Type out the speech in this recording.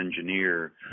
engineer